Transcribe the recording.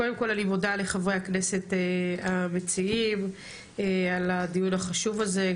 קודם כל אני מודה לחברי הכנסת המציעים על הדיון החשוב הזה,